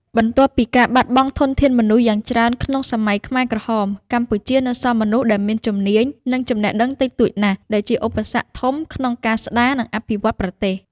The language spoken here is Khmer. បន្ទាប់ពីការបាត់បង់ធនធានមនុស្សយ៉ាងច្រើនក្នុងសម័យខ្មែរក្រហម កម្ពុជានៅសល់មនុស្សដែលមានជំនាញ និងចំណេះដឹងតិចតួចណាស់ ដែលជាឧបសគ្គធំក្នុងការស្ដារ និងអភិវឌ្ឍប្រទេស។